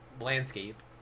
landscape